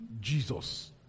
Jesus